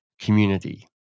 community